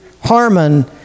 Harmon